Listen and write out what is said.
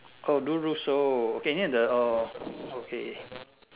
oh Du Ru So k near the oh okay